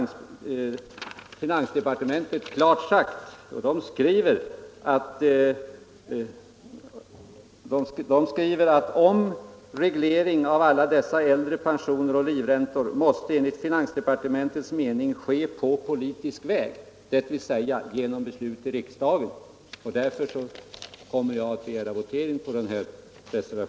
Det har finansdepartementet klart sagt, när det skrivit att reglering av äldre pensioner och livräntor enligt departementets mening måste ske på politisk väg, dvs. genom beslut i riksdagen. Därför kommer jag att begära votering i det här ärendet.